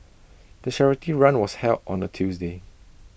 the charity run was held on A Tuesday